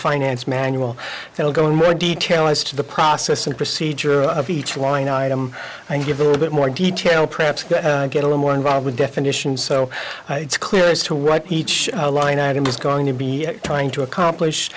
finance manual they will go in more detail as to the process and procedure of each line item and give a little bit more detail perhaps get a lot more involved with definitions so it's clear as to what each line item is going to be trying to accomplish